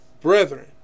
brethren